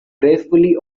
gracefully